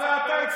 בכלום אני לא